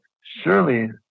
surely